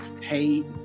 hate